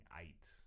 eight